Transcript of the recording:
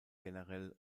generell